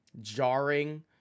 jarring